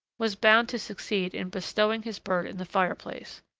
was bound to succeed in bestowing his bird in the fire-place.